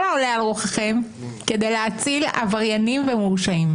העולה על רוחכם כדי להציל עבריינים ומורשעים.